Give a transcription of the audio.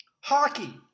hockey